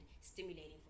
stimulating